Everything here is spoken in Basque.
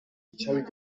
irungo